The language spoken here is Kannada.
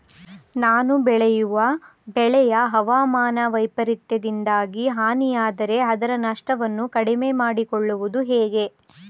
ನಾನು ಬೆಳೆಯುವ ಬೆಳೆಯು ಹವಾಮಾನ ವೈಫರಿತ್ಯದಿಂದಾಗಿ ಹಾನಿಯಾದರೆ ಅದರ ನಷ್ಟವನ್ನು ಕಡಿಮೆ ಮಾಡಿಕೊಳ್ಳುವುದು ಹೇಗೆ?